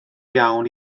iawn